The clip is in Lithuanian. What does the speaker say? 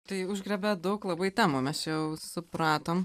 tai užgriebia daug labai temų mes čia jau supratom